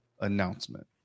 announcement